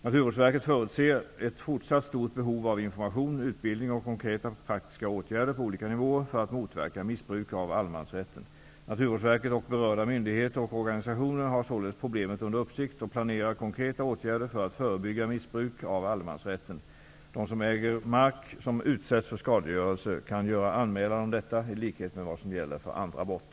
Naturvårdsverket förutser ett fortsatt stort behov av information, utbildning och konkreta praktiska åtgärder på olika nivåer för att motverka missbruk av allemansrätten. Naturvårdsverket och berörda myndigheter och organisationer har således problemet under uppsikt och planerar konkreta åtgärder för att förebygga missbruk av allemansrätten. De som äger mark som utsätts för skadegörelse kan göra anmälan om detta i likhet med vad som gäller för andra brott.